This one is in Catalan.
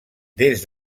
des